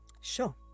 Sure